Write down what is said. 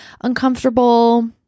uncomfortable